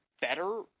better